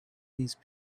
these